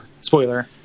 Spoiler